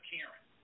Karen